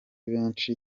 benshi